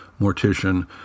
mortician